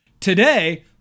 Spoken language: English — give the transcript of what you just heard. Today